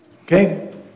Okay